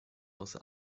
außer